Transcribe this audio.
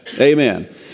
Amen